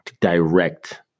direct